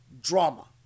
drama